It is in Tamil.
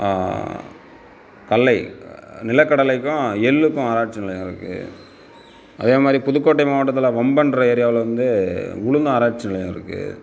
கடலை நிலகடலைக்கும் எள்ளுக்கும் ஆராய்ச்சி நிலையம் இருக்குது அதே மாதிரி புதுக்கோட்டை மாவட்டத்தில் வம்பன்கிற ஏரியாவில் வந்து உளுந்து ஆராய்ச்சி நிலையம் இருக்குது